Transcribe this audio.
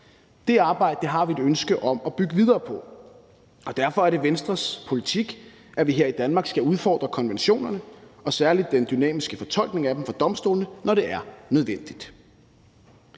Det arbejde har vi et ønske om at bygge videre på, og derfor er det Venstres politik, at vi her i Danmark skal udfordre konventionerne og særlig den dynamiske fortolkning af dem ved domstolene, når det er nødvendigt.